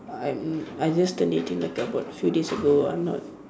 I'm I just turn eighteen like about few days ago I'm not